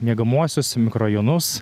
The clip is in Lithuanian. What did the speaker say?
miegamuosius mikrorajonus